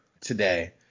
today